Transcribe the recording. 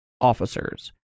officers